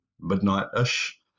midnight-ish